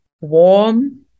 warm